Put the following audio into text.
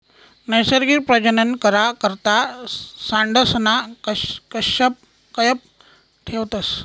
नैसर्गिक प्रजनन करा करता सांडसना कयप ठेवतस